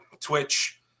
Twitch